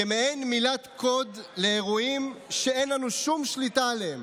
כמעין מילת קוד לאירועים שאין לנו שום שליטה עליהם